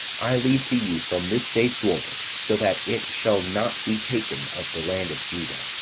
i leave to you from this day forward, so that it shall not be taken of the land of juda,